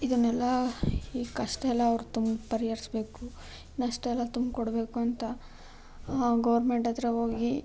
ಇದನ್ನೆಲ್ಲಾ ಈ ಕಷ್ಟ ಎಲ್ಲ ಅವರು ತುಂಬಿ ಪರಿಹರಿಸ್ಬೇಕು ನಷ್ಟ ಎಲ್ಲ ತುಂಬಿಕೊಡ್ಬೇಕು ಅಂತ ಗೌರ್ಮೆಂಟ್ ಹತ್ರ ಹೋಗಿ